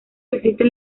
existen